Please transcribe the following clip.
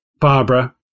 barbara